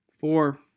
Four